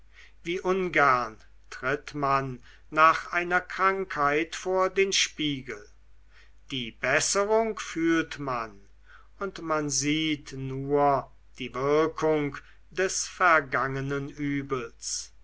wie ungern tritt man nach einer krankheit vor den spiegel die besserung fühlt man und man sieht nur die wirkung des vergangenen übels